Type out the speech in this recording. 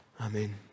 Amen